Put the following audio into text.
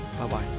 Bye-bye